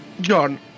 John